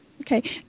Okay